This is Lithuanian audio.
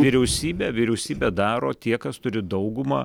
vyriausybė vyriausybę daro tie kas turi daugumą